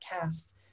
cast